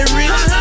rich